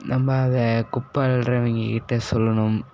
நம்ம அதை குப்பை அள்ளறவிங்கக்கிட்ட சொல்லணும்